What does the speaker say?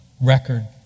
record